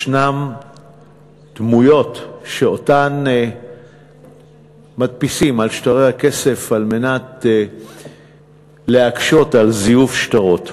יש דמויות שאותן מדפיסים על שטרי הכסף כדי להקשות זיוף שטרות.